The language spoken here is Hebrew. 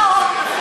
מה עוד,